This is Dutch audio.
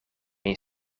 een